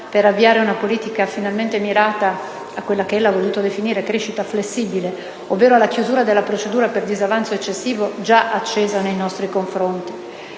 per avviare una politica finalmente mirata a quella che ella ha voluto definire crescita flessibile, ovvero alla chiusura della procedura per disavanzo eccessivo già accesa nei nostri confronti.